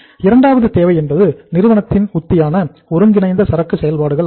இரண்டாவது தேவை என்பது நிறுவனத்தின் உத்தியான ஒருங்கிணைந்த சரக்கு செயல்பாடுகள் ஆகும்